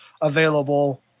available